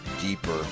deeper